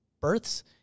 births